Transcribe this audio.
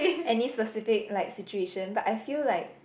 any specific like situation but I feel like